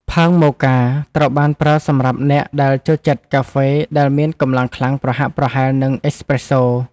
ផើងមូកា ត្រូវបានប្រើសម្រាប់អ្នកដែលចូលចិត្តកាហ្វេដែលមានកម្លាំងខ្លាំងប្រហាក់ប្រហែលនឹងអេសប្រេសសូ។